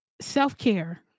Self-care